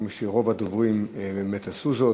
רוב הדוברים באמת עשו זאת.